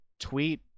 tweet